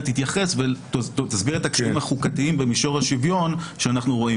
תתייחס ותסביר את הקשיים החוקתיים שאנחנו רואים